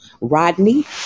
Rodney